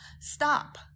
Stop